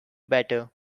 better